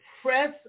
press